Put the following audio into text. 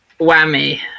Whammy